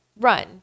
run